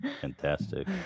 fantastic